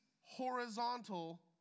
horizontal